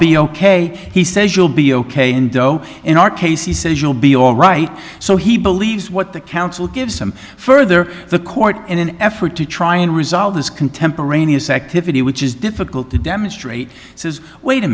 be ok he says you'll be ok and though in our case he says you'll be all right so he believes what the council gives some further the court in an effort to try and resolve this contemporaneous activity which is difficult to demonstrate says wait a